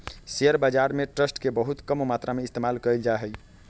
share बाजार में trust के बहुत कम मात्रा में इस्तेमाल कइल जा हई